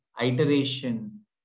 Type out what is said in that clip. iteration